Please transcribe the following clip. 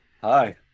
Hi